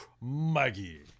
Maggie